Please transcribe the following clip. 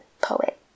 poet